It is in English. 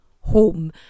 home